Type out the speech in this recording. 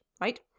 right